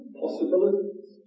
possibilities